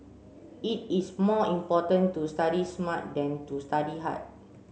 it is more important to study smart than to study hard